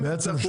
בעצם,